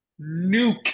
nuke